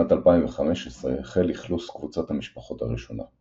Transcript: ובשנת 2015 החל אכלוס קבוצת המשפחות הראשונה.